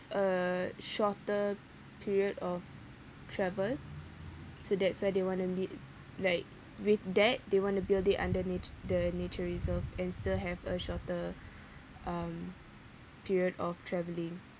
uh shorter period of travel so that's why they wanna bui~ like with that they want to build it underneath the nature reserve and still have a shorter um period of travelling